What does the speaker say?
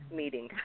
meeting